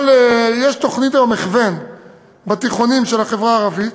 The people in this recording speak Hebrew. אבל יש תוכנית הכוון היום בתיכונים של החברה הערבית,